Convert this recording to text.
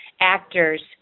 actors